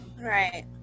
Right